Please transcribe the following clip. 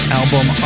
album